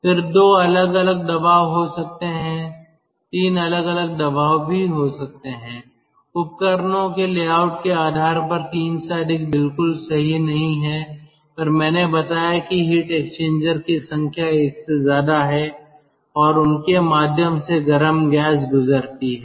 फिर 2 अलग अलग दबाव हो सकते हैं 3 अलग अलग दबाव भी हो सकते हैं उपकरणों के लेआउट के आधार पर 3 से अधिक बिल्कुल सही नहीं है पर मैंने बताया कि हीट एक्सचेंजर्स की संख्या एक से ज्यादा है और उनके माध्यम से गर्म गैस गुजरती है